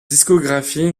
discographie